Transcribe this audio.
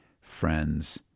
friends